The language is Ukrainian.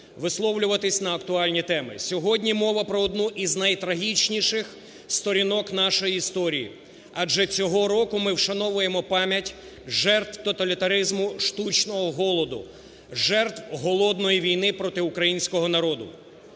висловлюватись на актуальні теми. Сьогодні мова про одну із найтрагічніших сторінок нашої історії. Адже цього року ми вшановуємо пам'ять жертв тоталітаризму штучного голоду, жертв голодної війни проти українського народу.